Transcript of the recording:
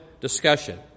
discussion